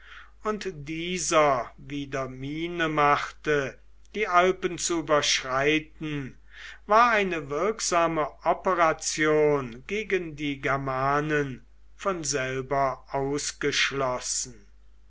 und dieser wieder miene machte die alpen zu überschreiten war eine wirksame operation gegen die germanen von selber ausgeschlossen